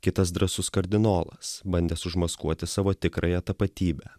kitas drąsus kardinolas bandęs užmaskuoti savo tikrąją tapatybę